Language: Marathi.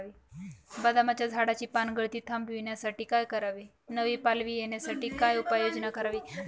बदामाच्या झाडाची पानगळती थांबवण्यासाठी काय करावे? नवी पालवी येण्यासाठी काय उपाययोजना करावी?